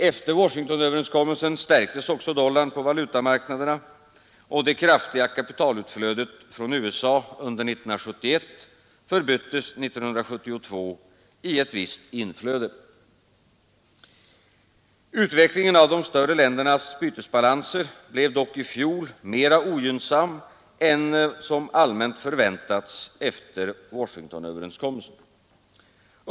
Efter Washingtonöverenskommelsen stärktes också dollarn på valutamarknaderna, och det kraftiga kapitalutflödet från USA under 1971 förbyttes 1972 i ett visst inflöde. Utvecklingen av de större ländernas bytesbalanser blev dock i fjol mera ogynnsam än som allmänt förväntats efter Washingtonöverenskommelsen.